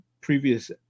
previous